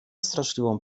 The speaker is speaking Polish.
straszliwą